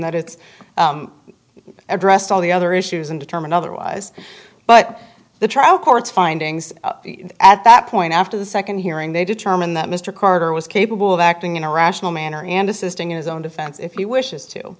that it's addressed all the other issues and determine otherwise but the trial court's findings at that point after the second hearing they determine that mr carter was capable of acting in a rational manner and assisting in his own defense if he wishes to